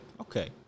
okay